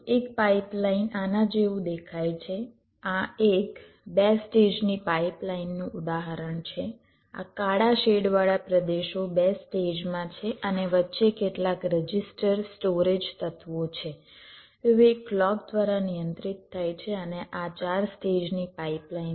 એક પાઈપલાઈન આના જેવું દેખાય છે આ એક બે સ્ટેજ ની પાઇપલાઇનનું ઉદાહરણ છે આ કાળા શેડવાળા પ્રદેશો બે સ્ટેજમાં છે અને વચ્ચે કેટલાક રજિસ્ટર સ્ટોરેજ તત્વો છે તેઓ એક ક્લૉક દ્વારા નિયંત્રિત થાય છે અને આ ચાર સ્ટેજની પાઇપલાઇન છે